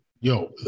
Yo